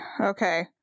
okay